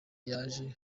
yaje